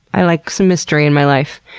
i like some mystery in my life.